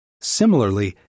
Similarly